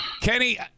Kenny